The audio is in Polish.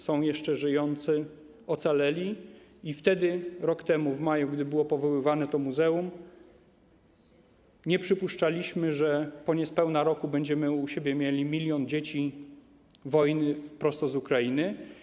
Są jeszcze żyjący ocalali i wtedy, rok temu, w maju, gdy było powoływane to muzeum, nie przypuszczaliśmy, że po niespełna roku będziemy mieli u siebie 1 mln dzieci wojny prosto z Ukrainy.